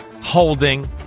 holding